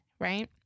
right